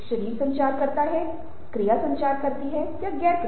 शरीर संचार करता है क्रिया गैर क्रिया